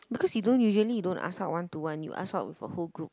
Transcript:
because you don't usually you don't ask out one to one you ask out with the whole group